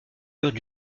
eurent